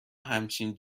همچین